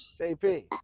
JP